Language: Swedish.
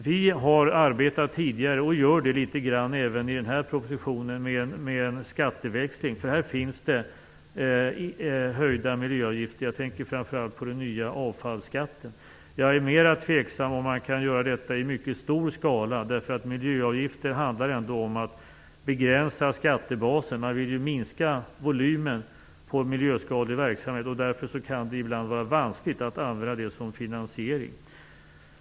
Tidigare har vi arbetat, och gör det litet grand även i den här propositionen, med en skatteväxling. Här finns ju förslag om höjda miljöavgifter. Jag tänker framför allt på den nya avfallsskatten. Jag är dock mera tveksam till om detta kan göras i mycket stor skala. Miljöavgifter handlar ändå om att begränsa skattebasen. Man vill ju minska volymen avseende miljöskadlig verksamhet. Därför kan det ibland vara vanskligt att använda sådant som finansiering.